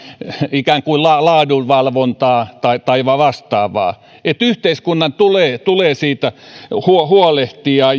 ikään kuin laadunvalvontaa tai vastaavaa yhteiskunnan tulee tulee siitä huolehtia